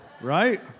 right